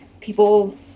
people